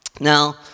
Now